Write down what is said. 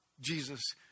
Jesus